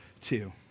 two